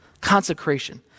consecration